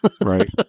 right